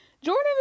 Jordan